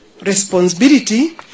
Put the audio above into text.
responsibility